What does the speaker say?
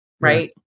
right